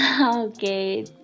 Okay